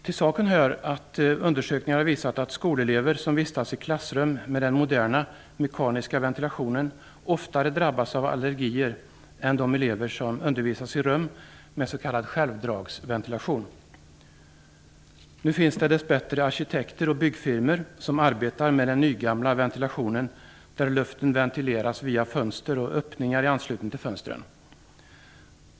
Till saken hör att undersökningar har visat att skolelever som vistas i klassrum med den moderna mekaniska ventilationen oftare drabbas av allergier än de elever som undervisas i rum med s.k. självdragsventilation. Nu finns det dess bättre arkitekter och byggfirmor som arbetar med den nygamla ventilationen där luften ventileras via fönster och öppningar i anslutning till fönstren.